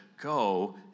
go